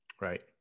Right